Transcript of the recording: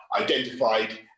identified